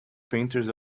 painters